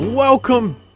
Welcome